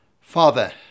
Father